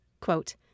Quote